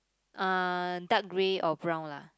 ah dark grey or brown lah